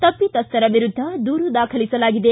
ತಪ್ಪಿತಸ್ವರ ವಿರುದ್ಧ ದೂರು ದಾಖಲಿಸಲಾಗಿದೆ